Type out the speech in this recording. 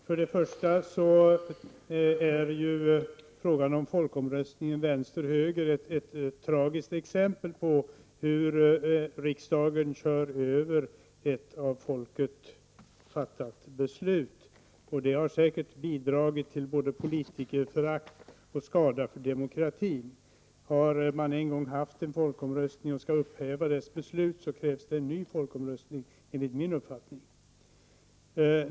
Fru talman! Folkomröstningen om vänster eller högertrafik är ett tragiskt exempel på hur riksdagen kör över ett av folket fattat beslut. Det har säkert både bidragit till politikerförakt och skadat demokratin. Har man fattat ett beslut i en folkomröstning och skall upphäva detta beslut krävs enligt min mening en ny folkomröstning.